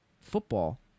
football